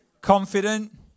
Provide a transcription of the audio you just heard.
Confident